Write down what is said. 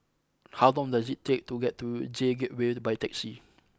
how long does it take to get to J Gateway by taxi